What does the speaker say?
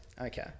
Okay